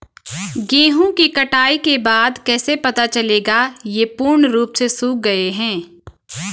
गेहूँ की कटाई के बाद कैसे पता चलेगा ये पूर्ण रूप से सूख गए हैं?